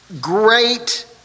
great